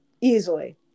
easily